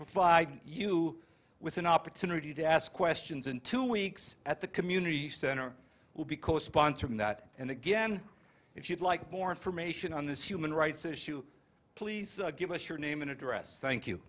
provide you with an opportunity to ask questions in two weeks at the community center will be co sponsoring that and again if you'd like born from ation on this human rights issue please give us your name and address thank you